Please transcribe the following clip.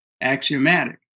axiomatic